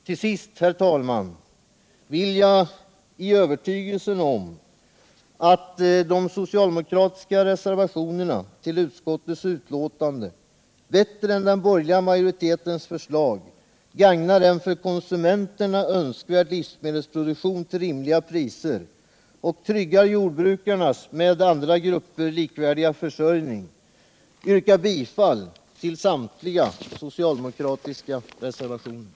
Till sist, herr talman, vill jag i övertygelse om att de socialdemokratiska reservationerna vid utskottets betänkande bättre än den borgerliga majoritetens förslag gagnar en för konsumenterna önskvärd livsmedelsproduktion till rimliga priser och tryggar jordbrukarnas med andra grupper likvärdiga försörjning också yrka bifall till samtliga övriga socialdemokratiska reservationer.